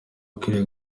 akwiriye